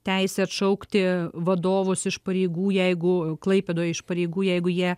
teisę atšaukti vadovus iš pareigų jeigu klaipėdoj iš pareigų jeigu jie